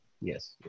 Yes